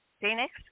Phoenix